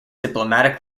diplomatic